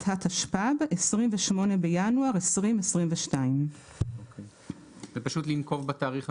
התשפ"ב (28 בינואר 2022)". פשוט לנקוב בתאריך המדויק.